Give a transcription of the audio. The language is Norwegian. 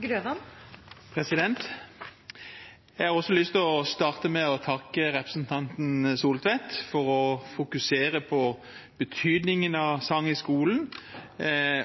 er slutt. Jeg har også lyst til å starte med å takke representanten Tvedt Solberg for å fokusere på betydningen av sang i skolen